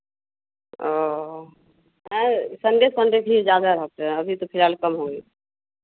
वो Sunday Sunday भीड़ ज़्यादा रहते हैं अभी तो फिलहाल कम होंगे